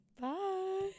Bye